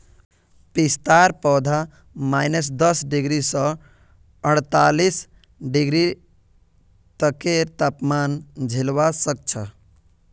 पिस्तार पौधा माइनस दस डिग्री स अड़तालीस डिग्री तकेर तापमान झेलवा सख छ